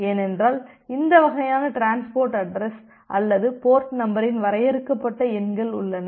ஏனென்றால் இந்த வகையான டிரான்ஸ்போர்ட் அட்ரஸ் அல்லது போர்ட் நம்பரின் வரையறுக்கப்பட்ட எண்கள் உள்ளது